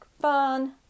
fun